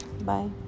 Bye